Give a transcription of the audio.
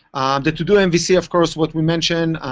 the todomvc, of course, what we mention,